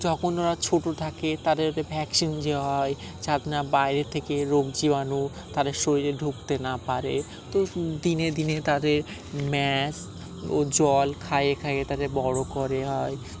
যখন ওরা ছোটো থাকে তাদের ও ভ্যাকসিন দেওয়া হয় যাতে না বাইরে থেকে রোগ জীবাণু তাদের শরীরে ঢুকতে না পারে তো দিনে দিনে তাদের ম্যাশ ও জল খাইয়ে খাইয়ে তাদের বড়ো করে হয়